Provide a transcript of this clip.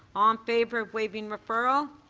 um favor of waiving referral.